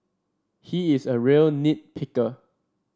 he is a real nit picker